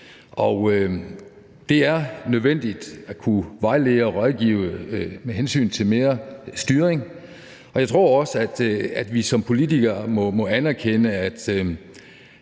Det er nødvendigt at kunne vejlede og rådgive med hensyn til mere styring. Jeg tror også, at vi som politikere må anerkende,